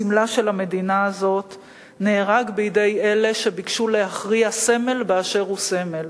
סמלה של המדינה הזאת נהרג בידי אלה שביקשו להכריע סמל באשר הוא סמל,